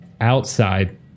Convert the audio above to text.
Outside